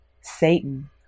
Satan